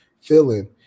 feeling